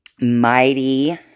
Mighty